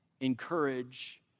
encourage